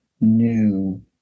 new